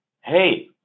Hey